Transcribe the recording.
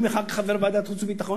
אני אומר לך כחבר ועדת החוץ והביטחון,